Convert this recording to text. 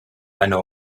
eine